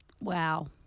Wow